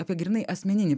apie grynai asmeninį